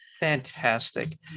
Fantastic